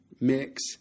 mix